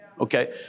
okay